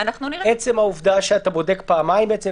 בעצם העובדה שאתה בודק פעמיים את זה,